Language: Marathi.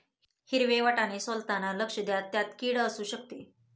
हिरवे वाटाणे सोलताना लक्ष द्या, त्यात किड असु शकते